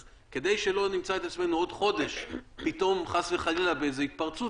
אז כדי שלא נמצא את עצמנו עוד חודש פתאום חס וחלילה באיזו התפרצות,